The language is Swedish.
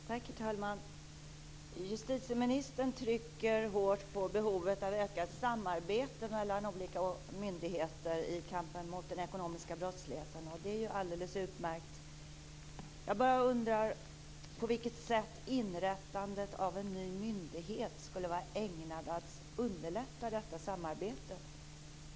Herr talman! Justitieministern betonar starkt behovet av ökat samarbete mellan olika myndigheter i kampen mot den ekonomiska brottsligheten, och det är alldeles utmärkt. Jag bara undrar på vilket sätt inrättandet av en ny myndighet skulle vara ägnat att underlätta detta samarbete.